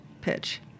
pitch